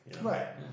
right